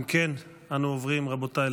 אם כן, אנו עוברים, רבותיי,